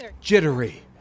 jittery